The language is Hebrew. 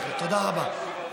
תודה רבה.